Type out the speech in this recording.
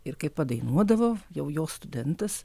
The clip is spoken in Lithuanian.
ir kai padainuodavo jau jo studentas